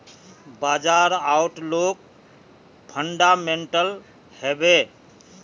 बाजार outlook fundamental हैवै?